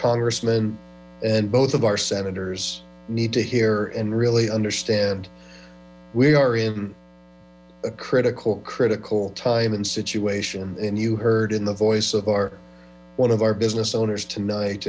congressmen and both of our senators need to hear and really understand we are in a critical critical time and situate and you heard in the voice of our one of our business owners tonight